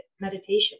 meditation